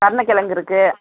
கருணக்கிழங்கு இருக்குது